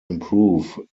improve